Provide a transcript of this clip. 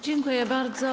Dziękuję bardzo.